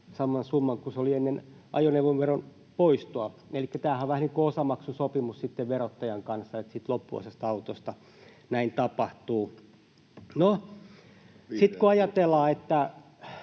saman summan kuin mikä se oli ennen ajoneuvoveron poistoa, elikkä tämähän on vähän niin kuin osamaksusopimus sitten verottajan kanssa, että loppuosasta autosta näin tapahtuu. No sitten kun ajatellaan,